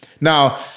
Now